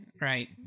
right